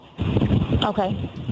Okay